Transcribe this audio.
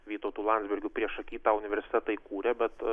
vytautu landsbergiu priešaky tą universitetą įkūrė bet